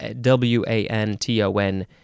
W-A-N-T-O-N